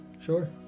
Sure